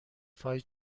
فای